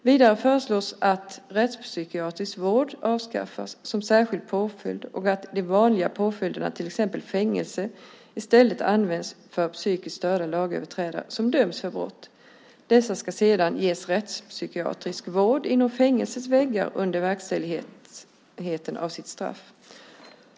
Vidare föreslås att rättspsykiatrisk vård avskaffas som särskild påföljd och att de vanliga påföljderna, till exempel fängelse, i stället används för psykiskt störda lagöverträdare som dömts för brott. Dessa ska sedan ges rättspsykiatrisk vård inom fängelsets väggar under verkställigheten av sitt straff.